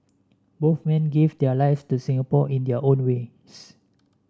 men gave their lives to Singapore in their own ways